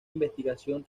investigación